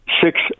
six